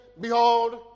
Behold